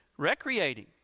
recreating